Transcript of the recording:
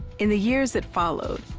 in the years that followed,